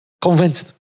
convinced